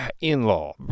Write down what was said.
In-law